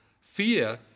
fear